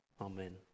Amen